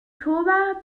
oktober